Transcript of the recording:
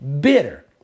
bitter